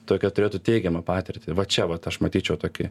tokią turėtų teigiamą patirtį va čia vat aš matyčiau tokį